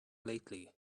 lately